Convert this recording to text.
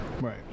Right